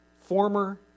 former